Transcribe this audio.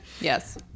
Yes